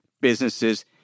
businesses